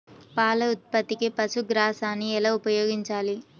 పాల ఉత్పత్తికి పశుగ్రాసాన్ని ఎలా ఉపయోగించాలి?